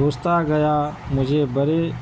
گھستا گیا مجھے بڑی